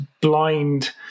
blind